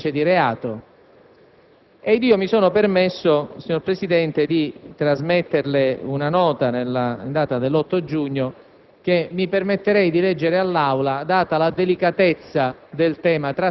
costituiscono ed individuano fattispecie delittuose, di reato, ed io mi sono permesso, signor Presidente, di trasmetterle una nota, in data 8 giugno,